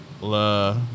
La